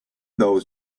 those